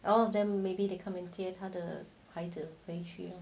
or maybe they come in 接他的孩子回去咯